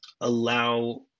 allow